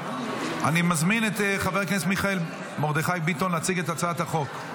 אני מזמין את חבר הכנסת מיכאל מרדכי ביטון להציג את הצעת החוק.